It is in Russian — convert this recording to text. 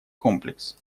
комплекс